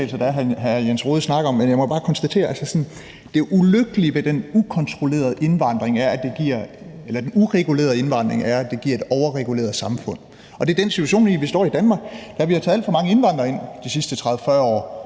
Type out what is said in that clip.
ulykkelige ved den uregulerede indvandring er, at det giver et overreguleret samfund, og det er den situation, vi står i i Danmark, da vi har taget alt for mange indvandrere ind de sidste 30-40 år.